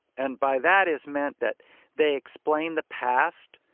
and by that is meant that they explain the past,